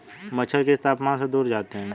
मच्छर किस तापमान से दूर जाते हैं?